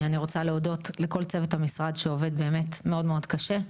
אני רוצה להודות לכל צוות המשרד שעובד באמת מאוד מאוד קשה.